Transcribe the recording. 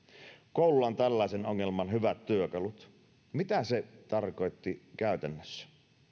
koululla on tällaiseen ongelmaan hyvät työkalut mitä se tarkoitti käytännössä